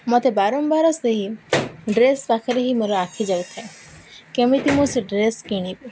ମତେ ବାରମ୍ବାର ସେହି ଡ୍ରେସ୍ ପାଖରେ ହିଁ ମୋର ଆଖି ଯାଉଥାଏ କେମିତି ମୁଁ ସେ ଡ୍ରେସ୍ କିଣିବି